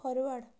forward